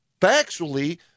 factually